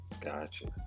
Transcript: gotcha